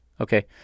Okay